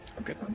Okay